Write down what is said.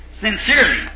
Sincerely